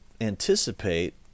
anticipate